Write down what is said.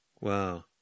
Wow